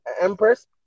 empress